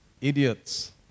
idiots